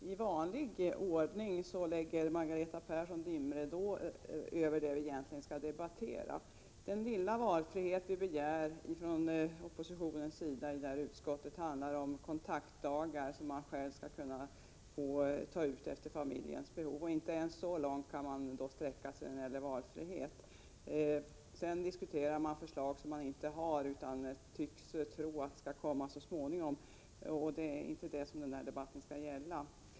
Herr talman! I vanlig ordning lägger Margareta Persson dimridåer över det som egentligen skall debatteras. Den lilla valfrihet vi begär från oppositionens sida i utskottet handlar om kontaktdagar, som föräldrarna själva skall kunna ta ut efter familjens behov. Inte ens så långt kan socialdemokraterna sträcka sig när det gäller valfrihet. De diskuterar förslag som inte finns och som kanske kommer så småningom, men det är inte det som denna debatt skall gälla.